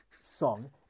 song